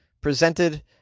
presented